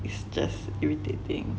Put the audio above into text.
it's just irritating